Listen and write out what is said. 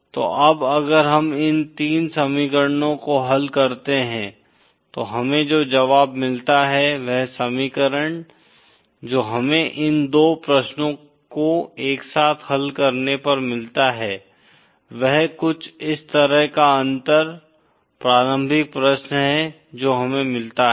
तो अब अगर हम इन 3 समीकरणों को हल करते हैं तो हमें जो जवाब मिलता है वह समीकरण जो हमें इन दो प्रश्नों को एक साथ हल करने पर मिलता है वह कुछ इस तरह का अंतर प्रारंभिक प्रश्न है जो हमें मिलता है